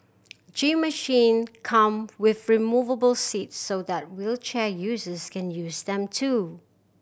gym machine come with removable seats so that wheelchair users can use them too